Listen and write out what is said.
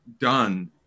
done